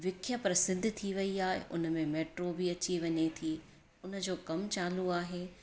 विख्य प्रसिद्ध थी वई आहे हुन में मैट्रो बि अची वञे थी हुन जो कमु चालू आहे